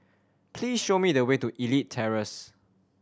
please show me the way to Elite Terrace